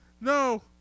No